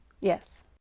Yes